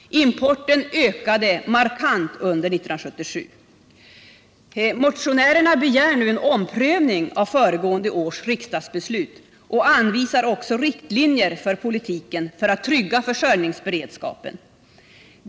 Importen ökade markant under 1977. Motionärerna begär nu en omprövning av föregående års riksdagsbeslut och anvisar också riktlinjer för politiken för att trygga försörjningsberedskapen.